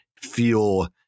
fuel